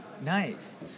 Nice